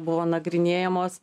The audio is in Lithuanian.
buvo nagrinėjamos